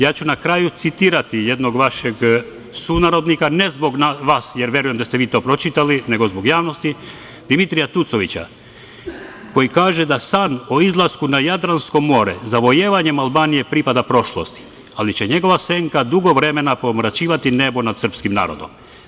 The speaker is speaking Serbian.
Ja ću na kraju citirati jednog vašeg sunarodnika, ne zbog vas, jer verujem da ste vi to pročitali, nego zbog javnosti, Dimitrija Tucovića koji kaže da san o izlasku na Jadransko more zavojevanjem Albanije pripada prošlosti, ali će njegova senka dugo vremena pomračivati nebo nad srpskim narodom.